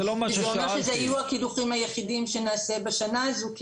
כי זה אומר שזה יהיו הקידוחים היחידים שנעשה בשנה הזו,